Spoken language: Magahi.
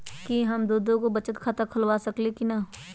कि हम दो दो गो बचत खाता खोलबा सकली ह की न?